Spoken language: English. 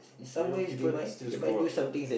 you know people still screw up ya